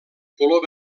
color